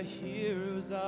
heroes